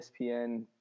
espn